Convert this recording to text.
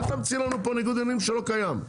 אל תמציא לנו פה ניגוד עניינים שלא קיים.